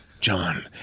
John